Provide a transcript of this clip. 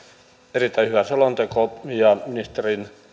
erittäin hyvä selonteko ja ministerin